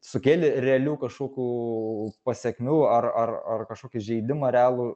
sukėlė realių kažkokių pasekmių ar ar ar kažkokį įžeidimą realų